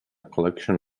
collection